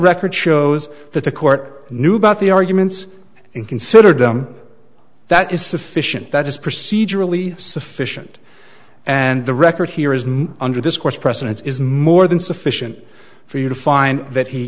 record shows that the court knew about the arguments and considered them that is sufficient that is procedurally sufficient and the record here is no under this course precedents is more than sufficient for you to find that he